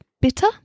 bitter